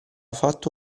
fatto